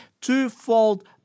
twofold